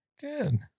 Good